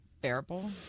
Bearable